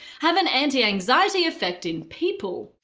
have an anti-anxiety effect in people.